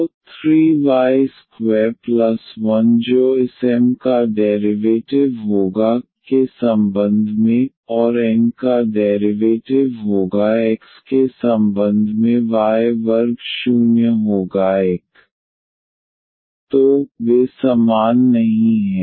तो 3 y21 जो इस M का डेरिवेटिव होगा y के संबंध में y और N का डेरिवेटिव होगा x के संबंध में y वर्ग शून्य होगा 1 तो वे समान नहीं हैं